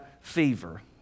fever